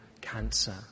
cancer